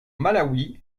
malawi